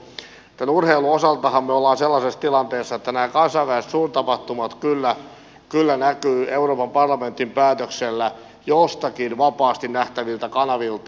urheilun osaltahan me olemme sellaisessa tilanteessa että nämä kansainväliset suurtapahtumat kyllä näkyvät euroopan parlamentin päätöksellä joiltakin vapaasti nähtäviltä kanavilta